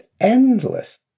endless